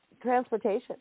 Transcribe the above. transportation